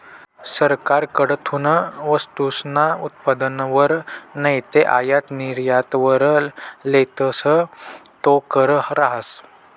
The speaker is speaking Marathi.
सरकारकडथून वस्तूसना उत्पादनवर नैते आयात निर्यातवर लेतस तो कर रहास